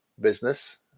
business